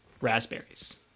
raspberries